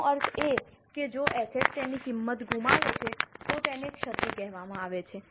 તેનો અર્થ એ કે જો એસેટ તેની કિંમત ગુમાવે છે તો તેને ક્ષતિ કહેવામાં આવે છે